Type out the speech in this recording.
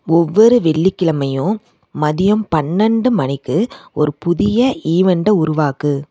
ஒவ்வொரு வெள்ளிக்கிழமையும் மதியம் பன்னெண்டு மணிக்கு ஒரு புதிய ஈவெண்ட்டை உருவாக்கு